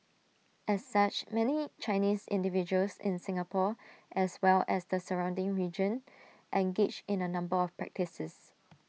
as such many Chinese individuals in Singapore as well as the surrounding region engage in A number of practices